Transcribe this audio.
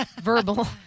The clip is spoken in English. verbal